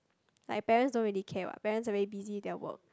like parents don't really care what parents already busy with their work